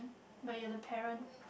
but you're the parent